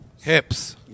hips